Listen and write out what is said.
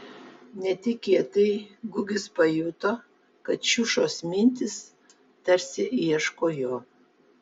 netikėtai gugis pajuto kad šiušos mintys tarsi ieško jo